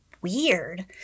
weird